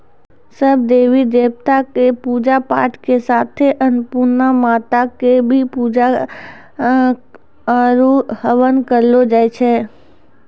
सब देवी देवता कॅ पुजा पाठ के साथे अन्नपुर्णा माता कॅ भी पुजा आरो हवन करलो जाय छै